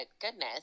goodness